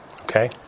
Okay